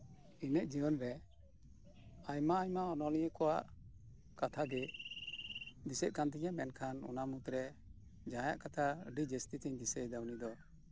ᱤᱧᱟᱹᱜ ᱡᱤᱭᱚᱱ ᱨᱮ ᱟᱭᱢᱟ ᱟᱭᱢᱟ ᱚᱱᱚᱞᱤᱭᱟᱹ ᱠᱚᱣᱟᱜ ᱠᱟᱛᱷᱟ ᱜᱮ ᱫᱤᱥᱟᱹᱜ ᱠᱟᱱ ᱛᱤᱧᱟ ᱚᱱᱟ ᱢᱩᱫᱨᱮ ᱡᱟᱸᱦᱟᱭᱟᱜ ᱠᱟᱛᱷᱟ ᱟᱹᱰᱤ ᱡᱟᱹᱥᱛᱤ ᱜᱤᱧ ᱫᱤᱥᱟᱭᱮᱫᱟ ᱩᱱᱤ ᱫᱚ